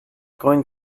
going